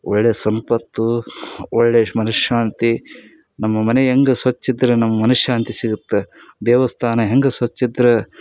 ಒಳ್ಳೆಯ ಸಂಪತ್ತು ಒಳ್ಳೆಯ ಮನಃಶಾಂತಿ ನಮ್ಮ ಮನೆ ಹೆಂಗ ಸ್ವಚ್ಛಿದ್ರೆ ನಮ್ಮ ಮನಃಶಾಂತಿ ಸಿಗುತ್ತೆ ದೇವಸ್ಥಾನ ಹೆಂಗೆ ಸ್ವಚ್ಛಿದ್ರೆ